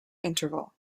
interval